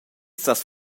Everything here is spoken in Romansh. sas